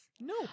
No